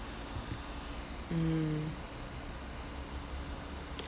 mm